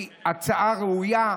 היא הצעה ראויה,